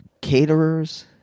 caterers